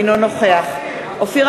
אינו נוכח אופיר